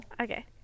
Okay